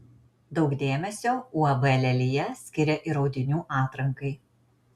daug dėmesio uab lelija skiria ir audinių atrankai